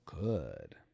good